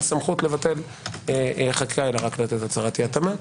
סמכות לבטל חקיקה אלא רק לתת הצהרת אי התאמה.